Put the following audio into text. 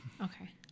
Okay